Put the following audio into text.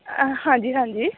ਹਾਂਜੀ ਹਾਂਜੀ